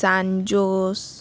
san jose